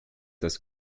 das